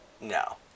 No